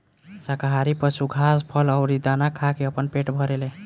शाकाहारी पशु घास, फल अउरी दाना खा के आपन पेट भरेले